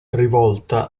rivolta